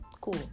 cool